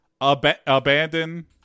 abandon